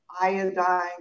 iodine